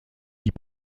dits